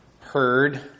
heard